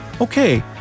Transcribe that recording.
Okay